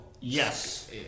Yes